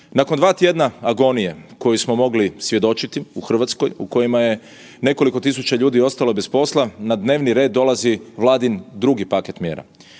Nakon dva tjedna agonije kojoj smo mogli svjedočiti u Hrvatskoj u kojima je nekoliko tisuća ljudi ostalo bez posla, na dnevni red dolazi Vladin drugi paket mjera.